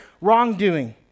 wrongdoing